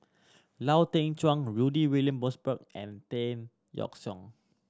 Lau Teng Chuan Rudy William Mosbergen and Tan Yeok Seong